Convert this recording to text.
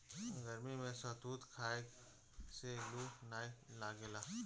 गरमी में शहतूत खाए से लूह नाइ लागेला